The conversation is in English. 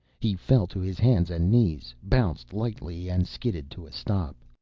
he fell to his hands and knees, bounced lightly and skidded to a stop.